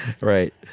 Right